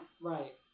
Right